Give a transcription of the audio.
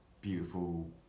beautiful